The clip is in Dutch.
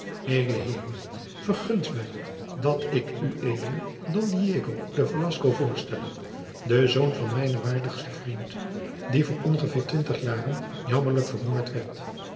edele heeren vergunt mij dat ik ued don diego de velasco voorstelle den zoon van mijnen waardigsten vriend die voor ongeveer twintig jaren jammerlijk vermoord werd